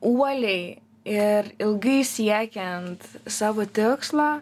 uoliai ir ilgai siekiant savo tikslo